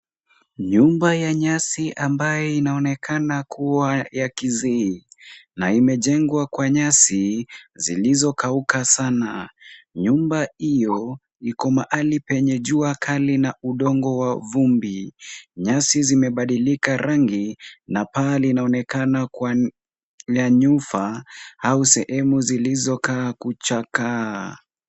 Nyumba ya nyasi ambayo inaonekana kuwa ya kizee na imejengwa kwa nyasi zilizokauka sana. Nyumba hiyo iko mahali penye jua kali na udongo wa vumbi. Nyasi zimebadilika rangi na paa linaonekana kuwa na nyufa au sehemu zilizokaa kuchakaa.